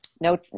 no